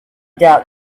doubt